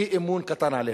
אי-אמון קטן עליה.